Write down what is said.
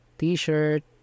t-shirt